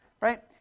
right